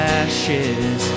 ashes